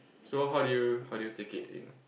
so how do you how do you take it in